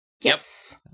Yes